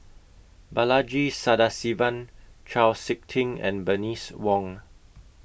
Balaji Sadasivan Chau Sik Ting and Bernice Wong